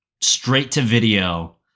straight-to-video